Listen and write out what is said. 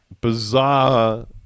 bizarre